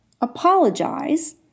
Apologize